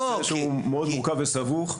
זה נושא שהוא מאוד מורכב וסבוך,